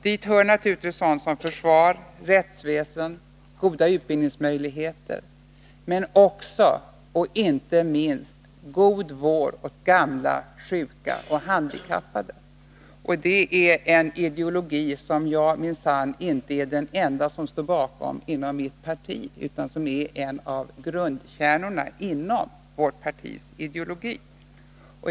Dit hör självfallet sådant som försvar, rättsväsen och goda utbildningsmöjligheter, men också — och inte minst — god vård åt gamla, sjuka och handikappade. Det är en uppfattning som jag minsann inte är ensam om att stå bakom inom mitt parti, utan den är en av grundstenarna i vårt partis ideologi.